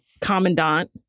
commandant